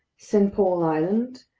st. paul island,